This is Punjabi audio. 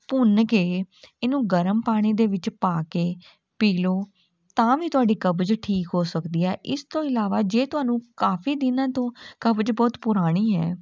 ਭੁੰਨ ਕੇ ਇਹਨੂੰ ਗਰਮ ਪਾਣੀ ਦੇ ਵਿੱਚ ਪਾ ਕੇ ਪੀ ਲਉ ਤਾਂ ਵੀ ਤੁਹਾਡੀ ਕਬਜ਼ ਠੀਕ ਹੋ ਸਕਦੀ ਹੈ ਇਸ ਤੋਂ ਇਲਾਵਾ ਜੇ ਤੁਹਾਨੂੰ ਕਾਫੀ ਦਿਨਾਂ ਤੋਂ ਕਬਜ਼ ਬਹੁਤ ਪੁਰਾਣੀ ਹੈ